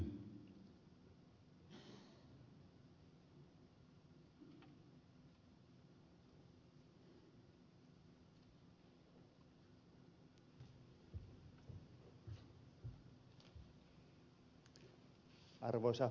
arvoisa puhemies